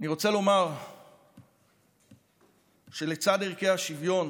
אני רוצה לומר שלצד ערכי השוויון